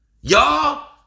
Y'all